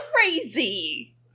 Crazy